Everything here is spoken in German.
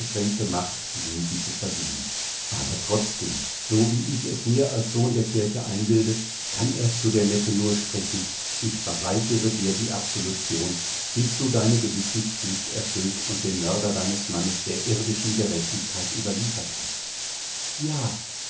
macht sünden zu vergeben aber trotzdem so wie ich es mir als sohn der kirche einbilde kann er zu der mette nur sprechen ich verweigere dir die absolution bis du deine gewissenspflicht erfüllt und den mörder deines mannes der irdischen gerechtigkeit überliefert hast ja